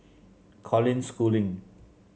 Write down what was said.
Colin Schooling